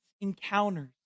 encounters